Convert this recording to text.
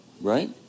Right